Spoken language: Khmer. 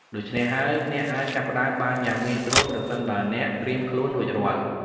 ដូច្នេះហើយ អ្នកអាចចាប់ផ្តើមបានយ៉ាងងាយស្រួល ប្រសិនបើអ្នកត្រៀមខ្លួនរួចរាល់។